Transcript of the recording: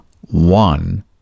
one